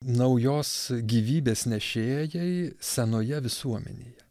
naujos gyvybės nešėjai senoje visuomenėje